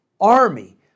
army